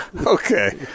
Okay